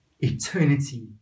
Eternity